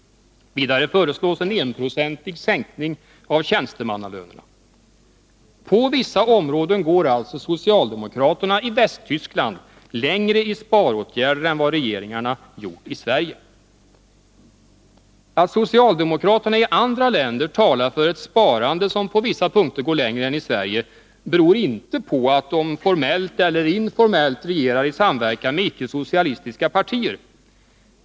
Vidare föreslås en enprocentig sänkning av tjänstemannalönerna. På vissa områden går alltså socialdemokraterna i Västtyskland längre i sparåtgärder än vad regeringarna gjort i Sverige. Att socialdemokraterna i andra länder talar för ett sparande som på vissa punkter går längre än det i Sverige beror inte på att de formellt eller informellt regerar i samverkan med icke-socialistiska partier.